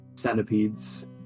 centipedes